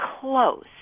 close